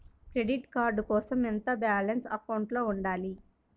Credit card కోసం ఎంత balance అకౌంట్లో ఉంచాలి?